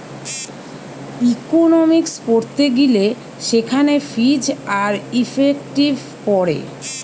economics পড়তে গিলে সেখানে ফিজ আর ইফেক্টিভ পড়ে